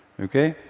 okay?